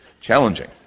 challenging